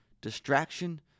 Distraction